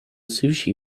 sushi